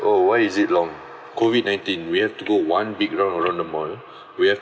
oh why is it long COVID nineteen we have to go one big round around the mall we have